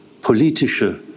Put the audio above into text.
politische